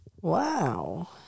Wow